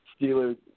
Steelers